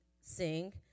sing